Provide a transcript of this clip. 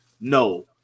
No